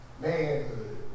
manhood